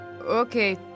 okay